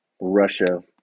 Russia